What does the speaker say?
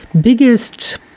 biggest